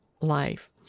life